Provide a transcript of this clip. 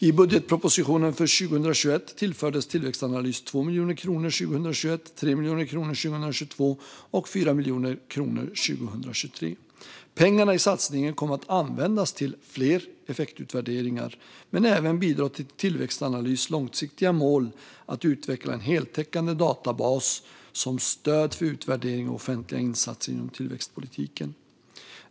I budgetpropositionen för 2021 tillfördes Tillväxtanalys 2 miljoner kronor 2021, 3 miljoner kronor 2022 och 4 miljoner kronor 2023. Pengarna i satsningen kommer att användas till fler effektutvärderingar, men även bidra till Tillväxtanalys långsiktiga mål att utveckla en heltäckande databas som stöd för utvärdering av offentliga insatser inom tillväxtpolitiken.